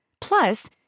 Plus